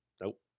nope